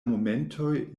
momentoj